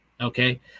okay